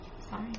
Sorry